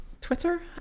twitter